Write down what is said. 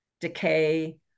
decay